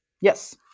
Yes